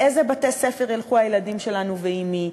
לאיזה בתי-ספר ילכו הילדים שלנו ועם מי,